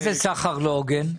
מה זה סחר לא הוגן?